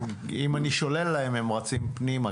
כי אם אני שולל להם הם רצים פנימה,